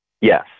Yes